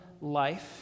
life